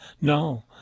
No